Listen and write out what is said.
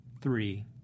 three